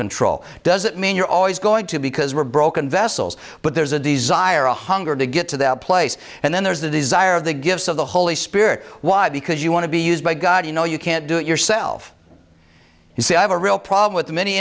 control doesn't mean you're always going to because we're broken vessels but there's a desire a hunger to get to that place and then there's the desire of the gifts of the holy spirit why because you want to be used by god you know you can't do it yourself you see i have a real problem with